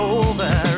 over